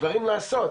דברים לעשות.